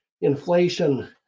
Inflation